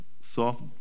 soft